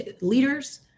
leaders